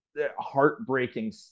heartbreaking